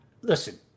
listen